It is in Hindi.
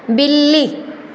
बिल्ली